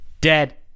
dead